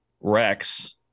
Rex